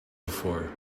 before